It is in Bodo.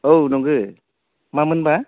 औ नोंगौ मामोनबा